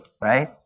right